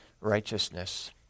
righteousness